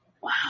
wow